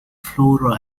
flora